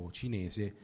cinese